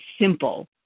simple